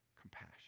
Compassion